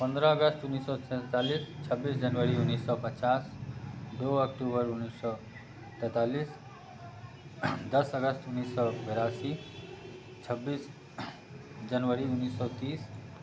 पंद्रह अगस्त उन्नैस सए सैंतालिस छब्बीस जनवरी उन्नैस सए पचास दू अक्टूबर उन्नैस सए पैंतालिस दश अगस्त उन्नैस सए बेरासी छब्बीस जनवरी उन्नैस सए तीस